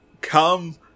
come